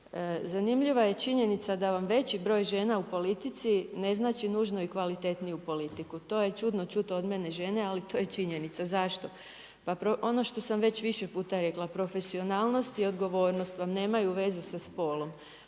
Zanimljiva je činjenica da vam veći broj žena u politici, ne znači nužno i kvalitetniju politiku. To je čudno čuti od mene žene, ali to je činjenica. Zašto? Pa ono što sam već više puta rekla, profesionalnost i odgovornost, vam nemaju veze sa spolom.